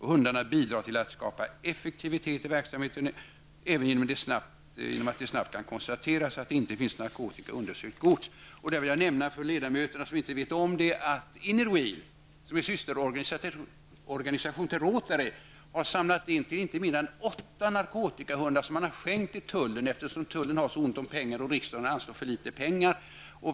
Hundarna bidrar till att skapa effektivitet i verksamheten även genom att det snabbt kan konstateras att det inte finns narkotika i undersökt gods. Jag vill här för de ledamöter som inte vet om det nämna att Inner Wheel, en systerorganisation till Rotary, har samlat in pengar till inte mindre än åtta narkotikahundar, som man har skänkt till tullen, eftersom tullen har så ont om pengar och riksdagen anslår för litet pengar.